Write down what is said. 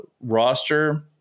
roster